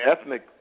ethnic